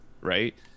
right